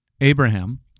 Abraham